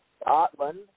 Scotland